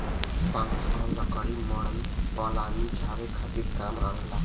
बांस क लकड़ी मड़ई पलानी छावे खातिर काम आवेला